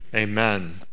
Amen